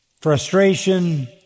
frustration